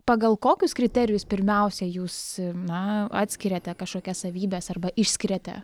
pagal kokius kriterijus pirmiausia jūs na atskiriate kažkokias savybes arba išskiriate